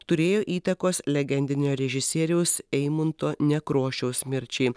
turėjo įtakos legendinio režisieriaus eimunto nekrošiaus mirčiai